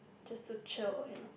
just to chill with